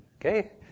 Okay